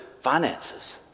finances